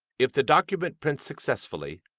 if the document prints successfully,